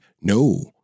no